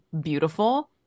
beautiful –